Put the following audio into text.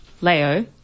Leo